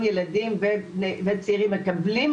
גם לי לא פשוט לנהל את הדיונים האלה ולהקשיב בעומק